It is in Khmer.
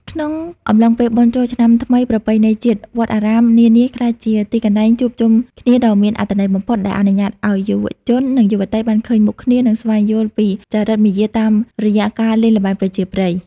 ក្នុងអំឡុងពេលបុណ្យចូលឆ្នាំថ្មីប្រពៃណីជាតិ វត្តអារាមនានាក្លាយជាទីកន្លែងជួបជុំគ្នាដ៏មានអត្ថន័យបំផុត ដែលអនុញ្ញាតឱ្យយុវជន និងយុវតីបានឃើញមុខគ្នា និងស្វែងយល់ពីចរិតមាយាទតាមរយៈការលេងល្បែងប្រជាប្រិយ។